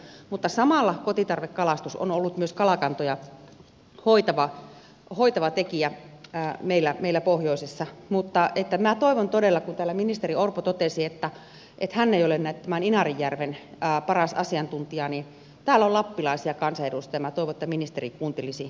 mutta samalla kotitarvekalastus on ollut myös kalakantoja hoitava tekijä meillä pohjoisessa joten minä toivon todella täällä ministeri orpo totesi että hän ei ole tämän inarinjärven paras asiantuntija kun täällä on lappilaisia kansanedustajia että ministeri kuuntelisi heitä